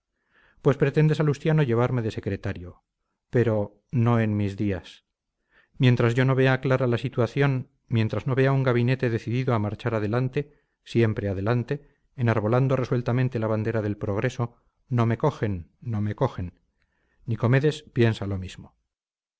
pues pretende salustiano llevarme de secretario pero no en mis días mientras yo no vea clara la situación mientras no vea un gabinete decidido a marchar adelante siempre adelante enarbolando resueltamente la bandera del progreso no me cogen no me cogen nicomedes piensa lo mismo